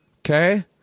okay